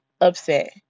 upset